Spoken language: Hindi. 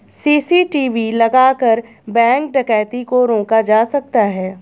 सी.सी.टी.वी लगाकर बैंक डकैती को रोका जा सकता है